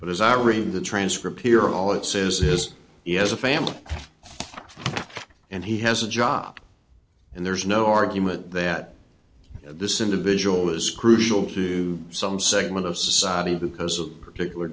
but as i read the transcript here all it says is he has a family and he has a job and there's no argument that this individual is crucial to some segment of society because of particular